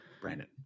Brandon